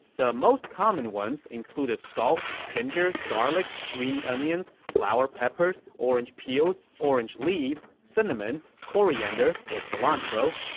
the most common ones included salt, ginger, garlic, green onions, flower peppers, orange peels, orange leaves, cinnamon, coriander or cilantro,